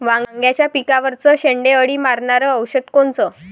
वांग्याच्या पिकावरचं शेंडे अळी मारनारं औषध कोनचं?